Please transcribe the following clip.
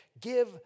give